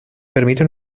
permite